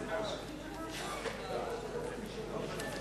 מי נמנע, בקריאה שלישית?